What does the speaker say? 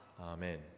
Amen